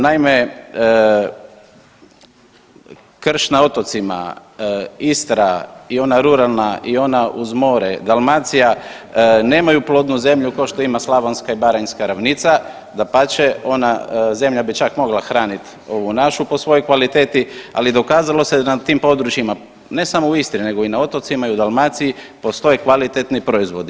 Naime, krš na otocima, Istra i ona ruralna i ona uz more, Dalmacija nemaju plodnu zemlju kao što imaju slavonska i baranjska ravnica, dapače, ona zemlja bi čak mogla hranit ovu našu po svojoj kvaliteti, ali dokazalo se na tim područjima ne samo u Istri nego i na otocima i u Dalmaciji postoje kvalitetni proizvodi.